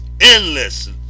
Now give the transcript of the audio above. endless